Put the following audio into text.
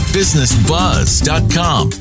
businessbuzz.com